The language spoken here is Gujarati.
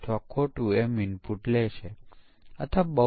પરીક્ષણના કેસ વિષે અન્ય કેટલાક મૂળભૂત ખ્યાલો છે